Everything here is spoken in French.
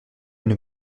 une